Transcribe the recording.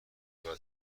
اپرا